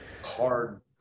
hard